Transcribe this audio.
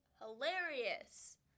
hilarious